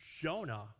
Jonah